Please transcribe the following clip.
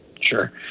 Sure